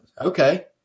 Okay